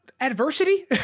adversity